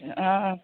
आं